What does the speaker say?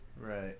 Right